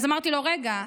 אז אמרתי לו: רגע,